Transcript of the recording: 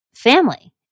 family